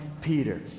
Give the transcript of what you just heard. Peter